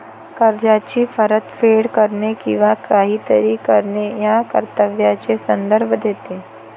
कर्जाची परतफेड करणे किंवा काहीतरी करणे या कर्तव्याचा संदर्भ देते